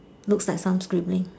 looks like some scribbling